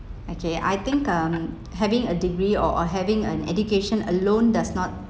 okay I think um having having a degree or or having an education alone does not